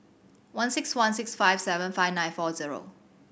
one six one six five seven five nine four zero